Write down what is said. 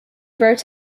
wrote